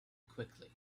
quickly